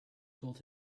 told